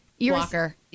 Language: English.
Walker